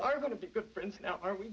are going to be good friends now are we